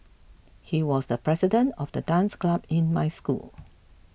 he was the president of the dance club in my school